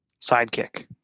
sidekick